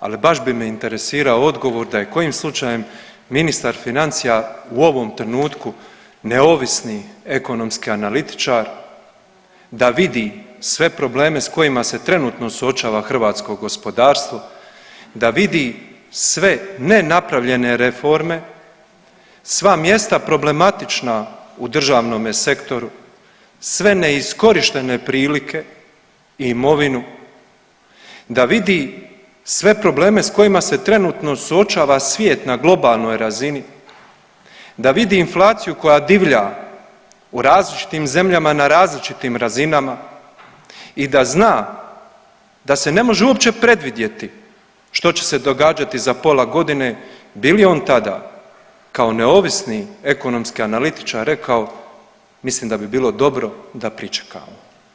ali baš bi me interesirao odgovor da je kojim slučajem ministar financija u ovom trenutku neovisni ekonomski analitičar, da vidi sve probleme s kojima se trenutno suočava hrvatsko gospodarstvo, da vidi sve ne napravljene reforme, sva mjesta problematična u državnom sektoru, sve neiskorištene prilike i imovinu, da vidi sve probleme s kojima se trenutno suočava svijet na globalnoj razini, da vidi inflaciju koja divlja u različitim zemljama na različitim razinama i da zna da se ne može uopće predvidjeti što će se događati za pola godine, bi li on tada kao neovisni ekonomski analitičar rekao mislim da bi bilo dobro da pričekamo.